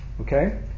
Okay